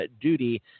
duty